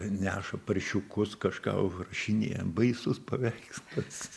neša paršiukus kažką užrašinėja baisus paveikslas